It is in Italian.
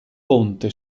ponte